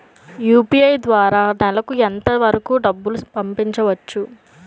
UPI ద్వారా నెలకు ఎంత వరకూ డబ్బులు పంపించవచ్చు?